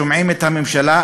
שומעים את הממשלה,